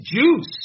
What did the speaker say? juice